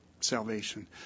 salvation